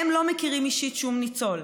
"הם לא מכירים אישית שום ניצול,